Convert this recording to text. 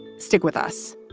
stick with us